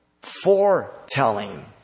foretelling